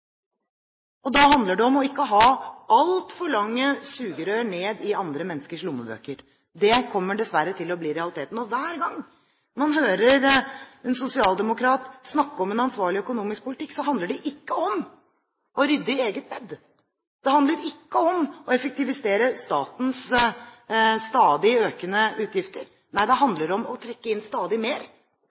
tillit. Da handler det om ikke å ha altfor lange sugerør ned i andre menneskers lommebøker. Det kommer dessverre til å bli realiteten. Hver gang man hører en sosialdemokrat snakke om en ansvarlig økonomisk politikk, handler det ikke om å rydde i eget bed. Det handler ikke om å effektivisere statens stadig økende utgifter. Nei, det handler om å trekke inn stadig mer